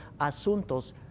asuntos